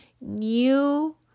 new